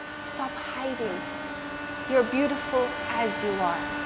stop hiding you're beautiful as you are.